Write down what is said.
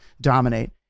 dominate